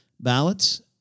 Ballots